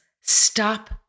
stop